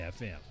FM